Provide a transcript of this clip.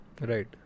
Right